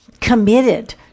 committed